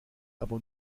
aber